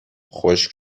خشک